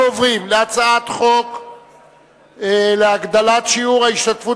אנחנו עוברים להצעת חוק להגדלת שיעור ההשתתפות